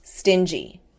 Stingy